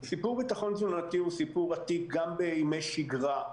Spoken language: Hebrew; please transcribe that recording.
סיפור ביטחון תזונתי הוא סיפור עתיק גם בימי שגרה,